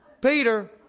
Peter